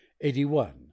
eighty-one